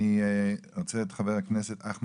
אני רוצה את חבר הכנסת שוסטר.